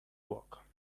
work